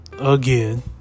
again